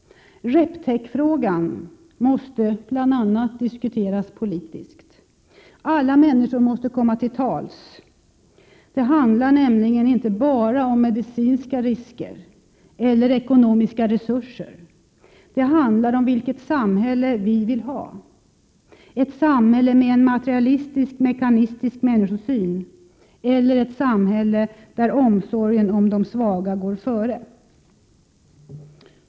Reptekfrågan måste bl.a. diskuteras politiskt. Alla människor måste komma till tals. Det handlar nämligen inte bara om medicinska risker eller ekonomiska resurser, utan det handlar om vilket samhälle vi vill ha — ett samhälle med en materialistisk-mekanistisk människosyn eller ett samhälle där omsorgen om de svaga går före.